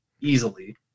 easily